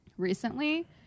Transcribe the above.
Recently